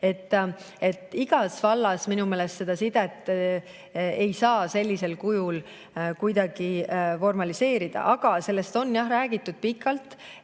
et igas vallas minu meelest seda sidet ei saa sellisel kujul kuidagi formaliseerida. Aga sellest on jah räägitud pikalt,